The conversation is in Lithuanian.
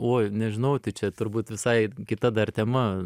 uoj nežinau tai čia turbūt visai kita dar tema